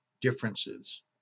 differences